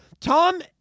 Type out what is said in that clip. Tom